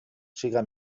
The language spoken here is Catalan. siga